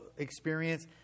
experience